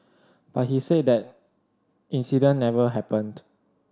but he said that incident never happened